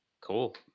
Cool